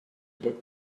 book